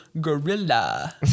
gorilla